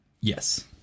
Yes